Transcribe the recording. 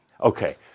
Okay